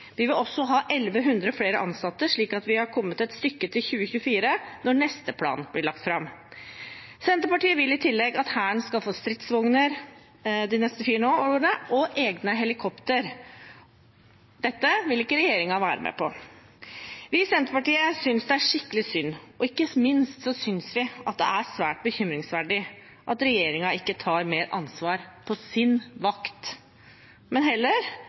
Vi vil også ha 1 100 flere ansatte, slik at vi har kommet et stykke mot 2024 når neste plan blir lagt fram. Senterpartiet vil i tillegg at Hæren skal få stridsvogner de neste fire årene og egne helikoptre. Dette vil ikke regjeringen være med på. Vi i Senterpartiet synes det er skikkelig synd, og ikke minst synes vi at det er svært bekymringsverdig at regjeringen ikke tar mer ansvar på sin vakt, men heller